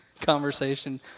conversation